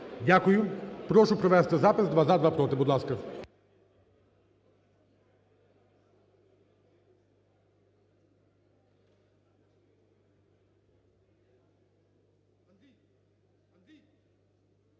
Дякую. Прошу провести запис: два – за, два – проти. Будь ласка.